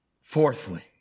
fourthly